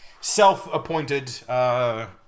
self-appointed